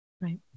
Right